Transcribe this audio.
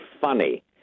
funny